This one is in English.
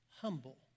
humble